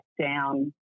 down